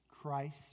Christ